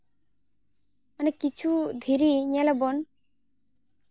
ᱢᱟᱱᱮ ᱠᱤᱪᱷᱩ ᱫᱷᱤᱨᱤ ᱧᱮᱞᱟᱵᱚᱱ